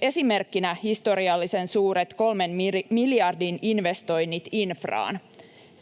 Esimerkkinä historiallisen suuret kolmen miljardin investoinnit infraan.